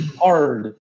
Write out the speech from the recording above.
hard